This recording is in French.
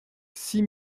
six